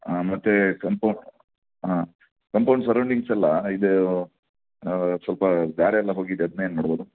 ಹಾಂ ಮತ್ತು ಕಂಪೊ ಹಾಂ ಕಂಪೌಂಡ್ ಸರೌಂಡಿಂಗ್ಸ್ ಎಲ್ಲ ಇದು ಸ್ವಲ್ಪ ಗಾರೆ ಎಲ್ಲ ಹೋಗಿದೆ ಅದ್ನ ಏನು ಮಾಡ್ಬೋದು